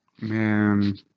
man